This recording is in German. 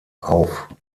auf